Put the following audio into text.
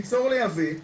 ליצור או לייבוא,